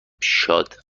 شاد